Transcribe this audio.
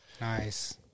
nice